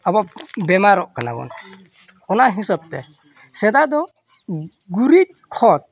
ᱟᱵᱚ ᱵᱤᱢᱟᱨᱚᱜ ᱠᱟᱱᱟ ᱵᱚᱱ ᱚᱱᱟ ᱦᱤᱥᱟᱹᱵ ᱛᱮ ᱥᱮᱫᱟᱭ ᱫᱚ ᱜᱩᱨᱤᱡ ᱠᱷᱚᱛ